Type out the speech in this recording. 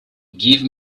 give